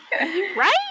Right